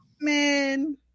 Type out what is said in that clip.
Man